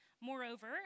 Moreover